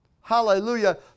hallelujah